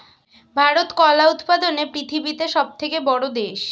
ভারত কলা উৎপাদনে পৃথিবীতে সবথেকে বড়ো দেশ